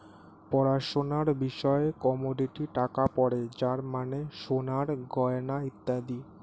পড়াশোনার বিষয়ে কমোডিটি টাকা পড়ে যার মানে সোনার গয়না ইত্যাদি